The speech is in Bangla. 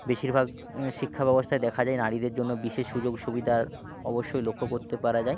বেশিরভাগ শিক্ষা ব্যবস্থায় দেখা যায় নারীদের জন্য বিশেষ সুযোগ সুবিধার অবশ্যই লক্ষ্য করতে পারা যায়